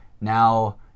Now